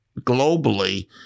globally